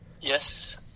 Yes